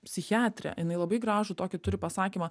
psichiatrė jinai labai gražų tokį turi pasakymą